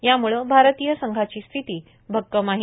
यामुळं भारतीय संघाची स्थिती भक्कम आहे